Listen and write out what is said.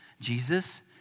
Jesus